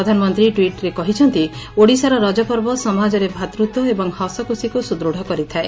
ପ୍ରଧାନମନ୍ତୀ ନିଜ ଟିଟ୍ରେ କହିଛନ୍ତି ଓଡ଼ିଶାର ରଜପର୍ବ ସମାଜରେ ଭାତୃତ୍ୱ ଏବଂ ହସଖୁସିକୁ ସୁଦୁଢ଼ କରିଥାଏ